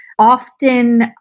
often